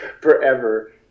forever